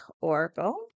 Oracle